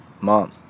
Mom